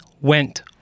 went